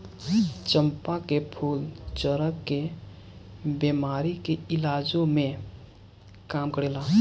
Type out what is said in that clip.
चंपा के फूल चरक के बेमारी के इलाजो में काम करेला